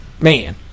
Man